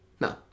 No